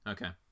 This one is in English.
Okay